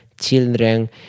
children